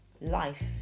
life